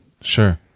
Sure